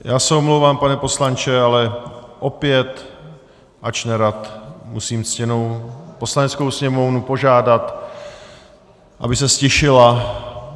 Já se omlouvám, pane poslanče, ale opět, ač nerad musím ctěnou Poslaneckou sněmovnu požádat, aby se ztišila.